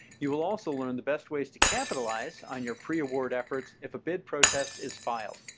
you will also learn the best ways to capitalize on your pre-award efforts if a bid protest is filed.